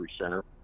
Center